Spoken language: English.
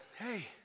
hey